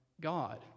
God